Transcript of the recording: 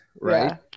Right